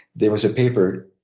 there was a paper,